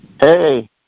Hey